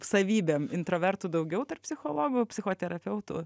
savybėm introvertų daugiau tarp psichologų psichoterapeutų